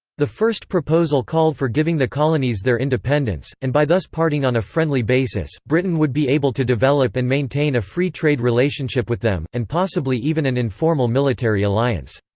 the first proposal called for giving the colonies their independence, and by thus parting on a friendly basis, britain would be able to develop and maintain a free-trade relationship with them, and possibly even an informal military alliance.